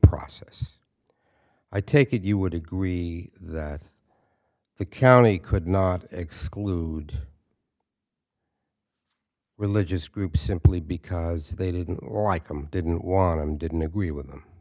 process i take it you would agree that the county could not exclude religious groups simply because they didn't or i come didn't want him didn't agree with them